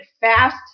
fast